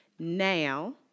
Now